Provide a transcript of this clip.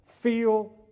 feel